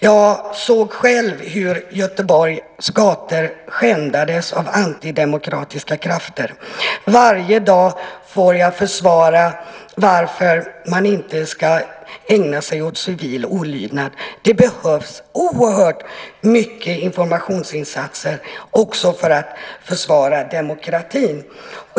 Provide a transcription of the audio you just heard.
Jag såg själv hur Göteborgs gator skändades av antidemokratiska krafter. Varje dag får jag försvara varför man inte ska ägna sig åt civil olydnad. Det behövs oerhört mycket informationsinsatser också för att försvara demokratin.